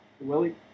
Willie